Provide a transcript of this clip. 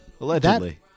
Allegedly